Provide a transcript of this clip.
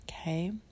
okay